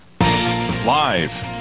Live